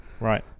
Right